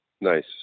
Nice